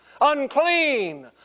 unclean